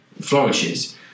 flourishes